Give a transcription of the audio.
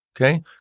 okay